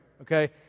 okay